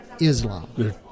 Islam